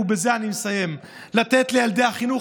ובזה אני מסיים: לתת לילדי החינוך